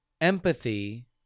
Empathy